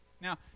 Now